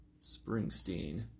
Springsteen